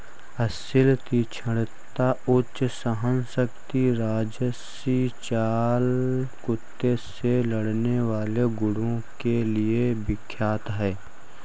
असील तीक्ष्णता, उच्च सहनशक्ति राजसी चाल कुत्ते से लड़ने वाले गुणों के लिए विख्यात है